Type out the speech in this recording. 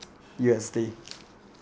U_S_D